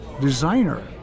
designer